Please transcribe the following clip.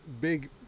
big